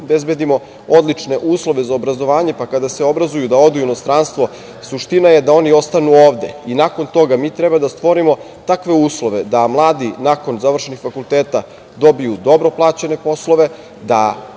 obezbedimo odlične uslove za obrazovanje, pa kada se obrazuju da odu u inostranstvo, suština je da oni ostanu ovde. Nakon toga mi treba da stvorimo takve uslove da mladi nakon završenih fakulteta dobiju dobro plaćene poslove, da